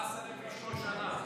14,000 איש בכל שנה.